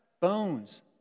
bones